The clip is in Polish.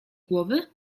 głowy